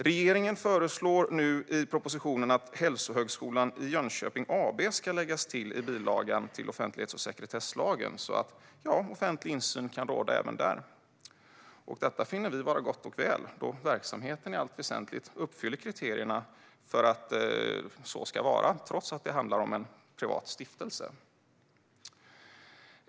Regeringen föreslår nu i propositionen att Hälsohögskolan i Jönköping AB ska läggas till i bilagan till offentlighets och sekretesslagen så att offentlig insyn kan råda även där. Detta finner vi vara gott och väl, då verksamheten i allt väsentligt uppfyller kriterierna för att det ska vara så, trots att det handlar om en privat stiftelse.